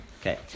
Okay